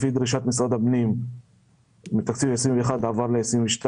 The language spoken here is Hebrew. לפי דרישת משרד הפנים מתקציב 2021 עבר לתקציב 2022